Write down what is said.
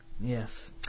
yes